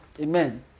Amen